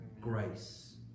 Grace